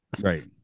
right